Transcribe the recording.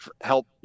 help